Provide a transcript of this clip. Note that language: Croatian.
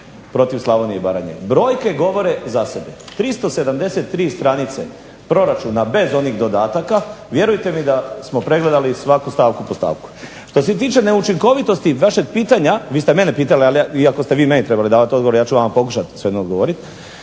protiv Slavonije i Baranje. Brojke govore za sebe. 373 stranice proračuna bez onih dodataka, vjerujete da smo pregledali svaku stavku po stavku. Što se tiče neučinkovitosti vaše pitanja vi ste mene pitali, iako ste vi meni trebali davati odgovore, ja ću vama pokušati svejedno odgovoriti,